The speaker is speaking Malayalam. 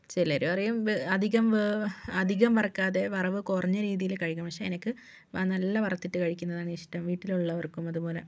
ചിലർ പറയും അധികം വേവ് അധികം വറുക്കാതെ വറവ് കുറഞ്ഞ രീതിയിൽ കഴിക്കണം പക്ഷെ എനിക്ക് ആ നല്ല വറുത്തിട്ട് കഴിക്കുന്നതാണ് ഇഷ്ടം വീട്ടിലുള്ളവർക്കും അതുപോലെ